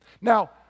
Now